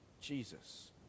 Jesus